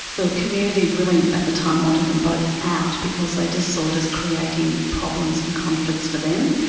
the community really at the time wanted them both out because they just saw this creating problems and conflicts for them.